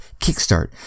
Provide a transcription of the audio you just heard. kickstart